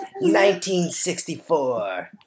1964